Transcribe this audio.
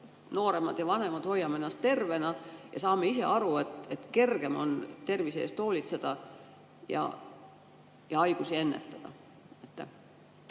nooremad ja vanemad, hoiame ennast tervena ja saame ise aru, et kergem on tervise eest hoolitseda ja haigusi ennetada?